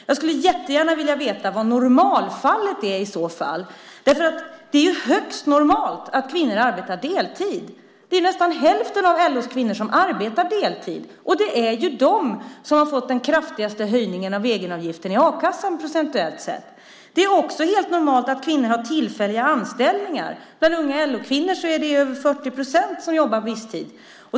Jag skulle gärna vilja veta vad "normalfallet" är. Det är högst normalt att kvinnor arbetar deltid. Nästan hälften av LO:s kvinnor arbetar deltid, och det är de som procentuellt sett har fått den kraftigaste höjningen av egenavgiften i a-kassan. Det är också helt normalt att kvinnor har tillfälliga anställningar. Bland unga LO-kvinnor är det över 40 procent som jobbar visstid.